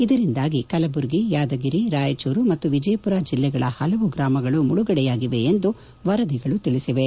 ಇದರಿಂದಾಗಿ ಕಲಬುರಗಿ ಯಾದಗಿರಿ ರಾಯಚೂರು ಮತ್ತು ವಿಜಯಮರ ಜಿಲ್ಲೆಗಳ ಪಲವು ಗ್ರಾಮಗಳು ಮುಳುಗಡೆಯಾಗಿವೆ ಎಂದು ವರದಿಗಳು ತಿಳಿಸಿವೆ